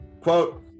quote